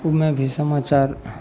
मे भी समाचार